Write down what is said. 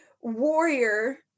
warrior